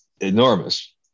enormous